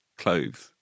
clothes